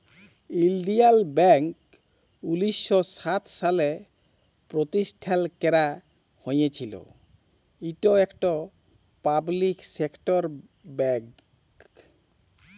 ইলডিয়াল ব্যাংক উনিশ শ সাত সালে পরতিষ্ঠাল ক্যারা হঁইয়েছিল, ইট ইকট পাবলিক সেক্টর ব্যাংক